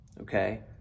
okay